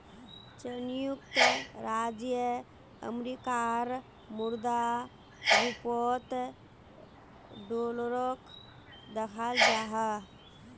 संयुक्त राज्य अमेरिकार मुद्रा रूपोत डॉलरोक दखाल जाहा